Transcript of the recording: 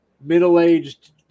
middle-aged